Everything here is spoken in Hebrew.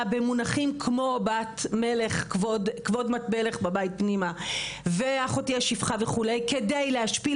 במונחים כמו כבוד בת מלך בבית פנימה ואחותי השפחה וכו' כדי להשפיל